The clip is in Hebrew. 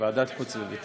לוועדת חוץ וביטחון.